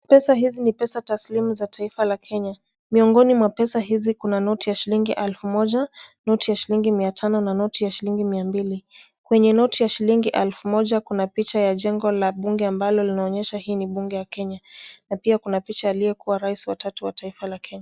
Pesa hizi ni pesa taslimu za taifa la kenya. Miongoni mwa pesa hizi kuna noti ya shillingi elfu moja, noti ya shillingi mia tano na noti ya shillingi mia mbili. Kwenye noti ya shillingi elfu moja kuna picha ya jengo la bunge ambalo linaonesha hii ni bunge ya kenya na pia kuna picha ya aliyekuwa rais wa tatu wa taifa la kenya.